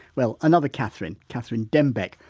well another catherine, catherine dembek,